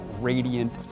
radiant